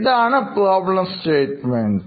ഇതാണ് പ്രശ്ന സ്റ്റേറ്റ്മെൻറ്